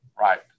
right